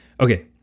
okay